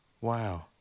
wow